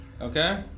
Okay